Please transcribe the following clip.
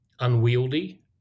unwieldy